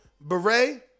beret